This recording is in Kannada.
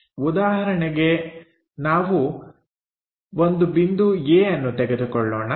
ಉದಾಹರಣೆಗೆ ನಾವು ಒಂದು ಬಿಂದು A ಅನ್ನು ತೆಗೆದುಕೊಳ್ಳೋಣ